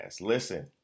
listen